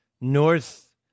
north